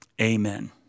Amen